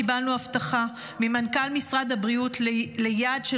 קיבלנו הבטחה ממנכ"ל משרד הבריאות ליעד של